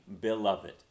beloved